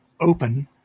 open